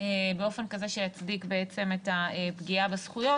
באופן כזה שיצדיק את הפגיעה בזכויות.